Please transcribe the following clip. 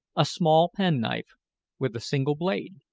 a small penknife with a single blade,